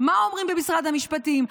מה אומרים במשרד המשפטים,